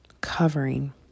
covering